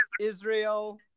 Israel